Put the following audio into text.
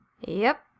Yep